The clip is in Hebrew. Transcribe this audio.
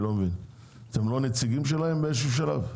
אתם לא הנציגים שלהם באיזשהו שלב?